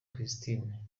christine